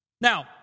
Now